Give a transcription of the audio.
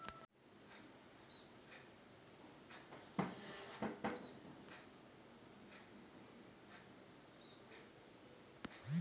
వ్యవసాయం నుంచి వచ్చే కాలుష్య కారకాలు సరస్సులు, నదులు, చిత్తడి నేలలను ప్రభావితం చేస్తాయి